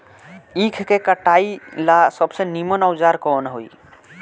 ईख के कटाई ला सबसे नीमन औजार कवन होई?